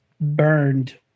burned